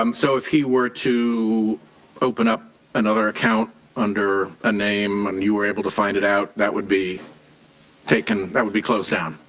um so if he were to open up another account under a name you were able to find it out that would be that would be closed down.